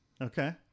Okay